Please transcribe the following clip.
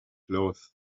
cloths